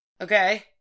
Okay